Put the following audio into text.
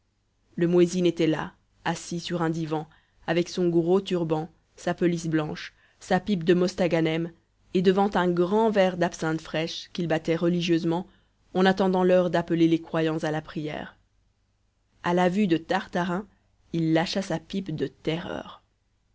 le muezzin était là assis sur un divan avec son gros turban sa pelisse blanche sa pipe de mostaganem et devant un grand verre d'absinthe fraîche qu'il battait religieusement en attendant l'heure d'appeler les croyants à la prière a la vue de tartarin il lâcha sa pipe de terreur